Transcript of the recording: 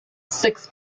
six